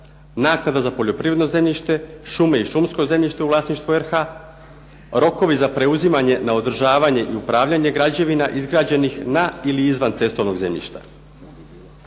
naknada za poljoprivredno zemljište, šume i šumsko zemljište u vlasništvu RH, rokovi za preuzimanje na održavanje i upravljanje građevina izgrađenih na ili izvan cestovnog zemljišta.